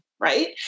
right